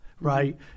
right